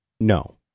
No